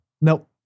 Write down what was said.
Nope